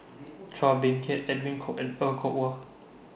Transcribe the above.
Chua Beng Huat Edwin Koek and Er Kwong Wah